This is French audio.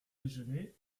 déjeuner